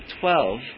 twelve